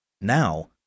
Now